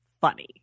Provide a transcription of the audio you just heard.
funny